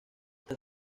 está